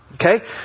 Okay